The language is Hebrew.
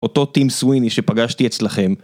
אותו טים סוויני שפגשתי אצלכם